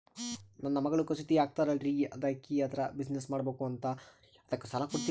ನನ್ನ ಮಗಳು ಕಸೂತಿ ಹಾಕ್ತಾಲ್ರಿ, ಅಕಿ ಅದರ ಬಿಸಿನೆಸ್ ಮಾಡಬಕು ಅಂತರಿ ಅದಕ್ಕ ಸಾಲ ಕೊಡ್ತೀರ್ರಿ?